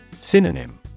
Synonym